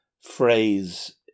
phrase